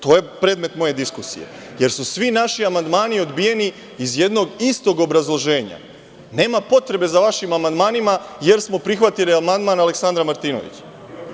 To je predmet moje diskusije, jer su svi naši amandmani odbijeni iz jednog istog obrazloženja – nema potreba za vašim amandmanima, jer smo prihvatili amandman Aleksandra Martinovića.